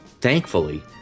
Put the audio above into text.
Thankfully